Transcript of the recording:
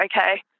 okay